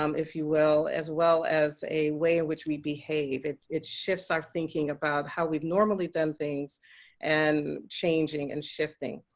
um if you will as well as a way in which we behave. it it shifts our thinking about how we've normally done things and changing and shifting.